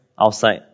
outside